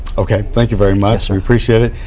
okay. thank you very much. we appreciate.